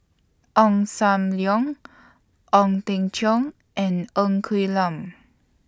Ong SAM Leong Ong Teng Cheong and Ng Quee Lam